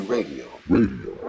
Radio